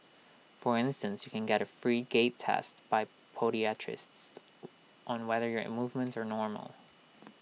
for instance you can get A free gait test by podiatrists on whether your movements are normal